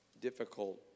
difficult